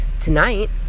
tonight